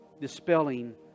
dispelling